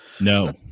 No